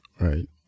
Right